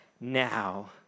now